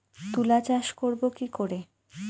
তুলা চাষ করব কি করে?